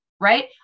right